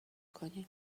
کنی